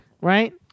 Right